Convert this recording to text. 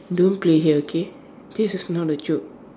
don't play here okay this is not a joke